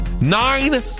nine